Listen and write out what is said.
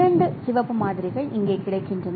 இரண்டு சிவப்பு மாதிரிகள் இங்கே கிடைக்கின்றன